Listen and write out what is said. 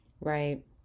Right